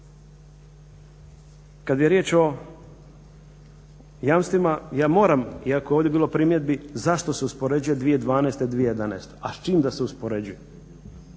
kada je riječ o jamstvima ja moram iako je ovdje bilo primjedbi zašto se uspoređuje 2012.i 2011. A s čim da se uspoređuje?